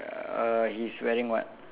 uh he's wearing what